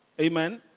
Amen